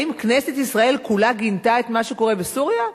האם כנסת ישראל כולה גינתה את מה שקורה בסוריה?